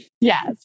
Yes